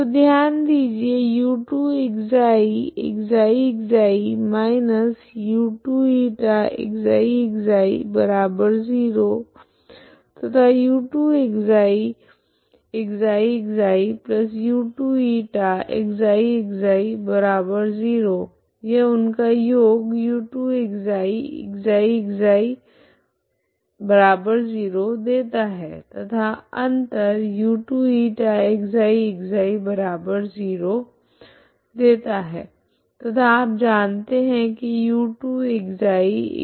तो ध्यान दीजिए u2ξ ξξ−u2ηξξ0 तथा u2ξξξu2η ξξ0 यह उनका योग u2ξξξ0 देता है तथा अंतर u2ηξξ0 देता है तथा आप जानते है की u2ξξ0